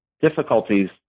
Difficulties